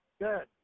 good